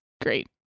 great